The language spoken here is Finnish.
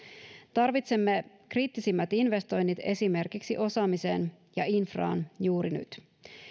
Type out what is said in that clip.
tarvitsemme kriittisimmät investoinnit esimerkiksi osaamiseen ja infraan juuri nyt